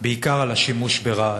בעיקר על השימוש ברעל,